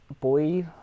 boy